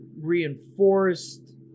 reinforced